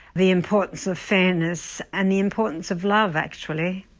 the importance of fairness, and the importance of love actually.